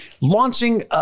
launching